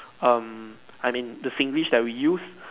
um I mean the Singlish that we use